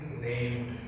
named